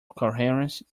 coherence